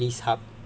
all at least